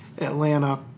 Atlanta